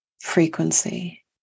frequency